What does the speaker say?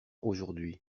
aujourd’hui